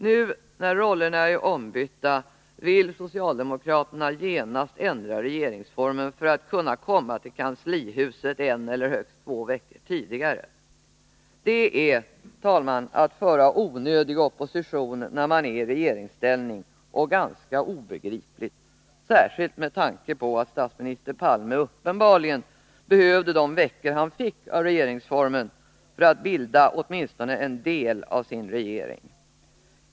Nu, när rollerna är ombytta, vill socialdemokraterna genast ändra regeringsformen för att kunna komma till kanslihuset en eller högst två veckor tidigare. Det är, herr talman, att föra onödig opposition när man är i regeringsställning och ganska obegripligt, särskilt med tanke på att statsminister Palme uppenbarligen behövde de veckor han fick av regeringsformen för att bilda åtminstone en del av sin regering.